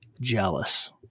jealous